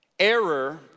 Error